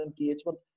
engagement